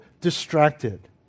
distracted